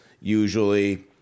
usually